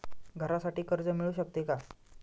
घरासाठी कर्ज मिळू शकते का?